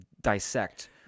dissect